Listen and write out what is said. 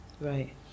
Right